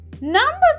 Number